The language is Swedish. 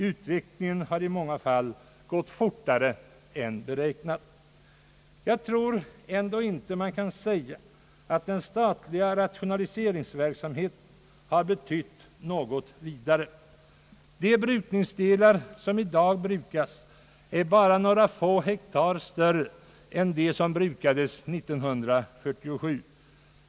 Utvecklingen har i många fall gott fortare än beräknat. Jag tror ändå inte man kan säga, att den statliga rationaliseringsverksamheten just har betytt något. De brukningsdelar, som i dag brukas, är bara: några få bektar större än de som brukades 1947.